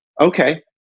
okay